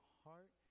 heart